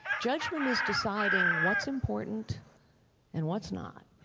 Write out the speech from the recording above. judgment is deciding what's important and what's not.